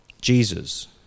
Jesus